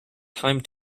time